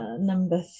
number